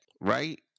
right